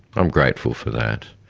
i'm grateful for that.